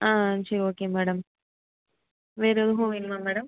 ஆ சரி okay madam வேறு எதுவும் வேணுமா மேடம்